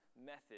method